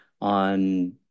on